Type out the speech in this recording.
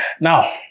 Now